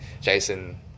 Jason